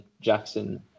Jackson